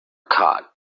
cot